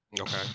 Okay